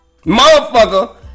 Motherfucker